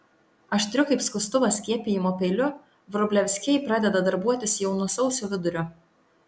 aštriu kaip skustuvas skiepijimo peiliu vrublevskiai pradeda darbuotis jau nuo sausio vidurio